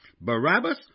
Barabbas